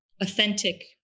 authentic